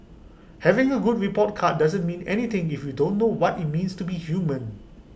having A good report card doesn't mean anything if you don't know what IT means to be human